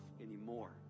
anymore